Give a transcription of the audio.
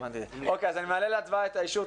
אושר.